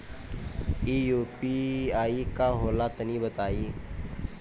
इ यू.पी.आई का होला तनि बताईं?